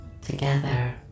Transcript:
Together